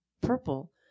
purple